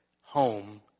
home